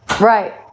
Right